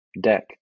deck